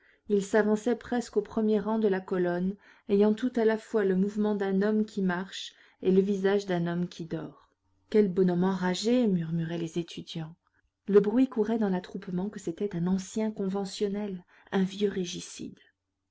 il s'avançait presque au premier rang de la colonne ayant tout à la fois le mouvement d'un homme qui marche et le visage d'un homme qui dort quel bonhomme enragé murmuraient les étudiants le bruit courait dans l'attroupement que cétait un ancien conventionnel un vieux régicide